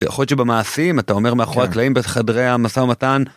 יכול להיות שבמעשים אתה אומר מאחורי הקלעים בחדרי המשא ומתן